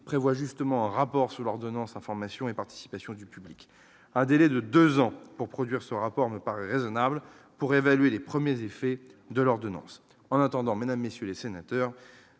prévoit justement un rapport sur l'ordonnance, information et participation du public, un délai de 2 ans pour produire son rapport me paraît raisonnable pour évaluer les premiers effets de l'ordonnance en attendant, mesdames, messieurs les sénateurs,